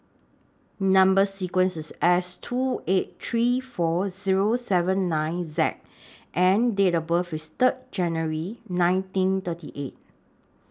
Number sequence IS S two eight three four Zero seven nine Z and Date of birth IS Third January nineteen thirty eight